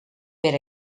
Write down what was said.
per